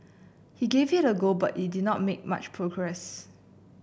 he gave it a go but it did not make much progress